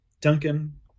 Duncan